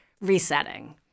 resetting